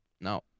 no